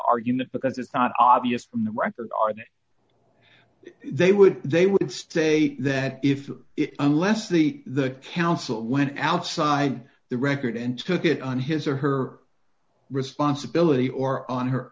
argument because it's not obvious from the record or that they would they would have state that if it unless the the council went outside the record and took it on his or her responsibility or on her